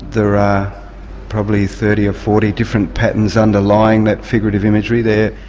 there are probably thirty or forty different patterns underlying that figurative imagery there.